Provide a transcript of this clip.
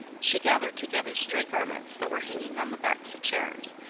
she gathered together stray garments that were hanging on the backs of chairs,